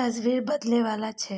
तस्वीर बदलै बला छै